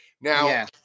Now